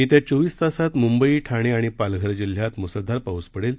येत्या चोवीस तासांत मुंबई ठाणे आणि पालघर जिल्ह्यात मुसळधार पाऊस पडेल